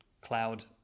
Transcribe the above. cloud